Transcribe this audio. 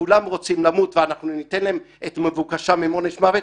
כולם רוצים למות וניתן להם את מבוקשם עם עונש מוות,